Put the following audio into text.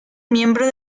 miembro